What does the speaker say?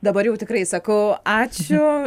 dabar jau tikrai sakau ačiū